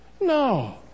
No